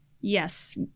Yes